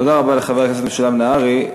תודה רבה לחבר הכנסת משולם נהרי.